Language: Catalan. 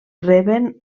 reben